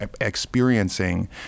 experiencing